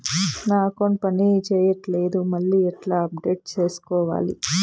నా అకౌంట్ పని చేయట్లేదు మళ్ళీ ఎట్లా అప్డేట్ సేసుకోవాలి?